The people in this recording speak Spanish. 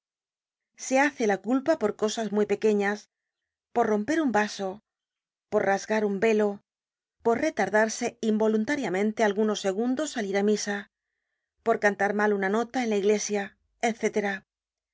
se hace la culpa por cosas muy pequeñas por romper un vaso por rasgar un velo por retardarse involuntaria mente algunos segundos al ir á misa por cantar mal una nota en la iglesia